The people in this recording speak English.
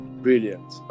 Brilliant